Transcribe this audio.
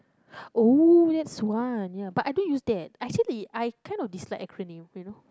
oh that's one ya but I don't use that actually I kind of dislike acronym you know